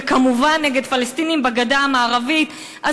וכמובן נגד פלסטינים בגדה המערבית.